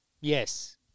Yes